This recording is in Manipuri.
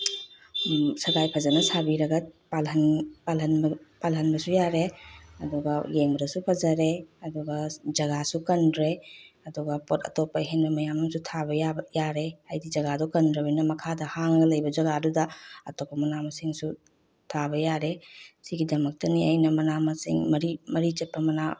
ꯁꯒꯥꯏ ꯐꯖꯅ ꯁꯥꯕꯤꯔꯒ ꯄꯥꯜꯍꯟꯕꯁꯨ ꯌꯥꯔꯦ ꯑꯗꯨꯒ ꯌꯦꯡꯕꯗꯁꯨ ꯐꯖꯔꯦ ꯑꯗꯨꯒ ꯖꯒꯥꯁꯨ ꯀꯟꯗ꯭ꯔꯦ ꯑꯗꯨꯒ ꯄꯣꯠ ꯑꯇꯣꯞꯄ ꯑꯍꯦꯟꯕ ꯃꯌꯥꯝ ꯑꯝꯁꯨ ꯊꯥꯕ ꯌꯥꯔꯦ ꯍꯥꯏꯗꯤ ꯖꯒꯥꯗꯣ ꯀꯟꯗ꯭ꯔꯕꯅꯤꯅ ꯃꯈꯥꯗ ꯍꯥꯡꯉꯒ ꯂꯩꯕ ꯖꯒꯥꯗꯨꯗ ꯑꯇꯣꯞꯄ ꯃꯅꯥ ꯃꯁꯤꯡꯁꯨ ꯊꯥꯕ ꯌꯥꯔꯦ ꯁꯤꯒꯤꯗꯃꯛꯇꯅꯤ ꯑꯩꯅ ꯃꯅꯥ ꯃꯁꯤꯡ ꯃꯔꯤ ꯆꯠꯄ ꯃꯅꯥ